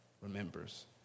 remembers